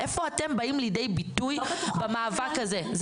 איפה אתם באים לידי ביטוי במאבק הזה.